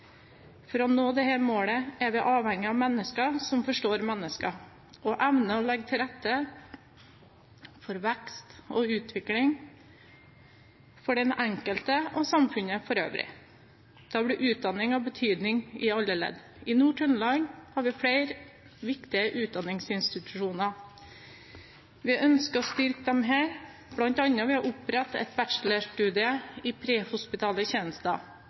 For å nå dette målet er vi alle avhengige av mennesker som forstår mennesker, og som evner å legge til rette for vekst og utvikling for den enkelte og samfunnet for øvrig. Da vil utdanning ha betydning i alle ledd. I Nord-Trøndelag har vi flere viktige utdanningsinstitusjoner. Vi ønsker å styrke disse, bl.a. ved å opprette et bachelorstudium i prehospitale tjenester.